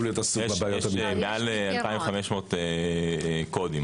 יש מעל 2,500 קודים,